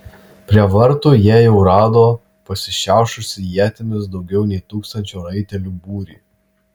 prie vartų jie jau rado pasišiaušusį ietimis daugiau nei tūkstančio raitelių būrį